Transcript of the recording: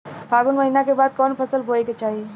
फागुन महीना के बाद कवन फसल बोए के चाही?